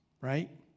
right